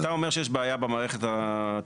אתה אומר שיש בעיה במערכת הטכנולוגית.